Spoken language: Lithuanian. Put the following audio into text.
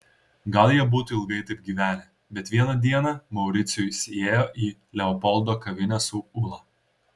gal jie būtų ilgai taip gyvenę bet vieną dieną mauricijus įėjo į leopoldo kavinę su ula